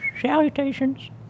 Salutations